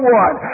one